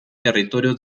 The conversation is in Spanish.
territorio